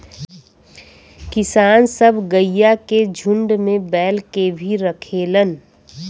किसान सब गइया के झुण्ड में बैल के भी रखेलन